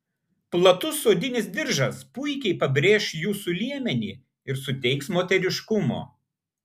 platus odinis diržas puikiai pabrėš jūsų liemenį ir suteiks moteriškumo